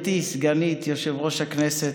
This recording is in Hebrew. גברתי סגנית יושב-ראש הכנסת,